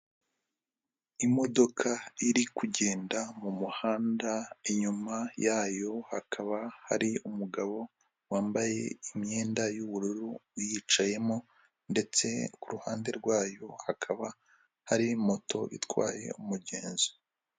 Imodoka iri kugenda mu muhanda inyuma yayo hakaba hari umugabo wambaye imyenda yubururu uyicayemo, ndetse kuruhande rwayo hakaba hari moto itwaye umugenzi.